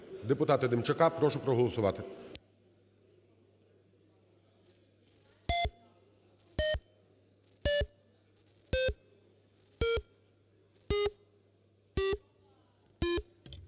депутата Демчака, прошу проголосувати.